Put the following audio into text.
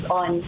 on